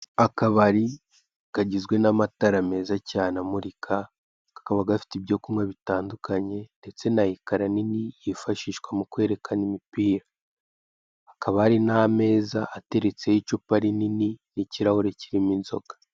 Akabari kagizwe n'amatara meza cyane amurika kakaba gafite ibyo kunywa bitandukanye ndetse na ekara nini yifashishwa mu kwerekana imipira. Hakaba hari n'amezaza ateretseho icupa rinini n'ikirahure kirimo inzoga.